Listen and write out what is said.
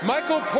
Michael